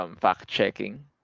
fact-checking